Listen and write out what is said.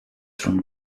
from